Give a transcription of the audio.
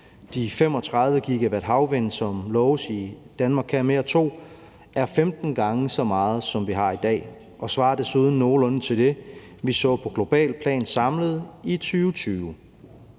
De 35 GW havvind, som loves i »Danmark kan mere II«, er 15 gange så meget, som vi har i dag, og det svarer desuden nogenlunde til det, vi så på globalt plan samlet i 2020.